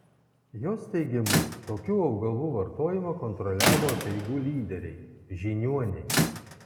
jos teigimu tokių augalų vartojimą kontroliavo apeigų lyderiai žiniuoniai